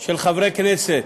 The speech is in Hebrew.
של חברי כנסת,